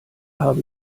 habe